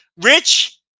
Rich